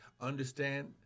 Understand